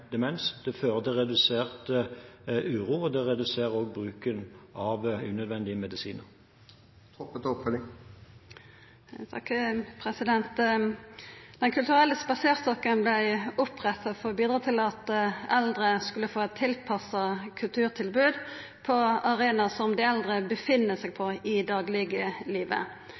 demens. Det fører til redusert uro, og det reduserer òg bruken av unødvendige medisiner. Den kulturelle spaserstokken vart oppretta for å bidra til at eldre skulle få eit tilpassa kulturtilbod på dei arenaene som dei er på i